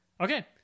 Okay